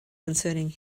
concerning